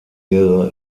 ära